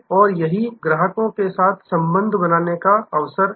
और यही ग्राहकों के साथ संबंध बनाने के अवसर हैं